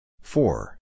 four